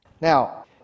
Now